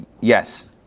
yes